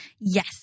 Yes